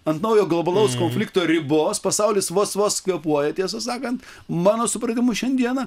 ant naujo globalaus konflikto ribos pasaulis vos vos kvėpuoja tiesą sakant mano supratimu šiandieną